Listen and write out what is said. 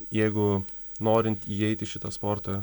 jeigu norint įeit į šitą sportą